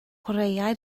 chwaraea